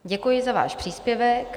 Děkuji za váš příspěvek.